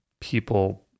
people